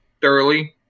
thoroughly